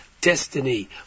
destiny